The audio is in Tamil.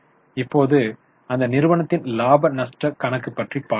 இப்போது அந்த நிறுவனத்தின் லாப நஷ்டக் கணக்கு பற்றி பார்ப்போம்